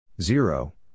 Zero